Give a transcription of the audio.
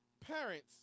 parents